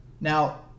Now